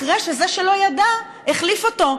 אחרי שזה שלא ידע החליף אותו.